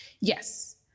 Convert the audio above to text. Yes